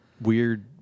weird